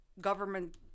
government